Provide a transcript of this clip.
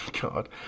God